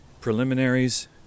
preliminaries